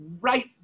right